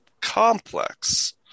complex